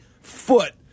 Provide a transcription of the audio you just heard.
foot